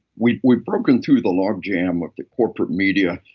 we've we've broken through the logjam of the corporate media.